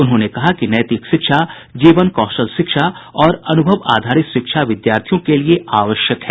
उन्होंने कहा कि नैतिक शिक्षा जीवन कौशल शिक्षा और अनुभव आधारित शिक्षा विद्यार्थियों के लिए आवश्यक है